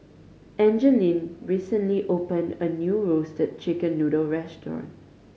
Angeline recently opened a new Roasted Chicken Noodle restaurant